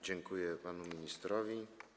Dziękuję panu ministrowi.